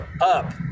up